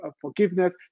forgiveness